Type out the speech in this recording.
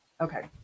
Okay